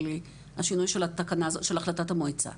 השינוי של התקנה הזאת שלהחלטת המועצה.